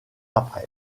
après